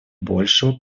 большего